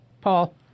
Paul